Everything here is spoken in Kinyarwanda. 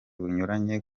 bunyuranye